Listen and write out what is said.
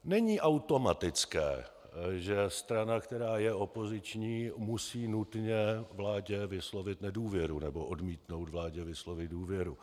Není automatické, že strana, která je opoziční, musí nutně vládě vyslovit nedůvěru nebo odmítnout vládě vyslovit důvěru.